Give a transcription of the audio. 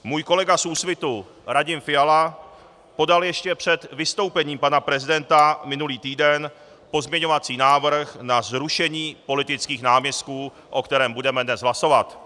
Můj kolega z Úsvitu Radim Fiala podal ještě před vystoupením pana prezidenta minulý týden pozměňovací návrh na zrušení politických náměstků, o kterém budeme dnes hlasovat.